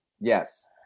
yes